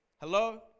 Hello